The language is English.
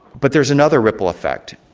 but there's another ripple effect.